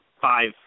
five